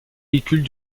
véhicules